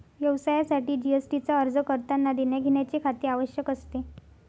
व्यवसायासाठी जी.एस.टी चा अर्ज करतांना देण्याघेण्याचे खाते आवश्यक असते